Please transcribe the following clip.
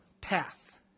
Pass